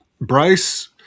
Bryce